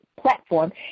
platform